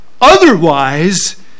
Otherwise